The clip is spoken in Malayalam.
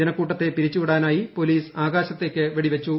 ജനക്കൂട്ടത്തെ പിരിച്ചു വിടാനായി പോലീസ് ആകാശത്തേക്ക് വെടിവച്ചു